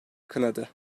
kınadı